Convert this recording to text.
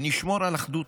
נשמור על אחדות,